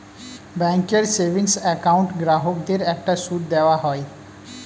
ব্যাঙ্কের savings account গ্রাহকদের একটা সুদ দেওয়া হয়